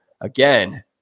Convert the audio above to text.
again